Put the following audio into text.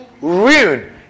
ruin